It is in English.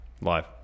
Live